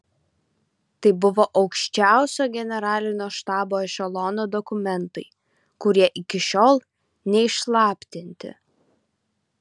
tai buvo aukščiausio generalinio štabo ešelono dokumentai kurie iki šiol neišslaptinti